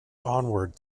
onward